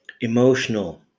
emotional